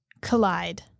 Collide